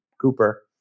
Cooper